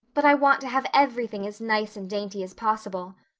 but i want to have everything as nice and dainty as possible.